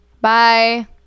Bye